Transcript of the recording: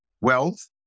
wealth